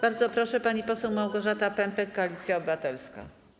Bardzo proszę, pani poseł Małgorzata Pępek, Koalicja Obywatelska.